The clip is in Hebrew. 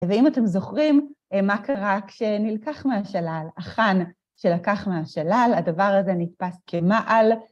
ואם אתם זוכרים מה קרה כשנלקח מהשלל, עכן שלקח מהשלל, הדבר הזה נתפס כמעל.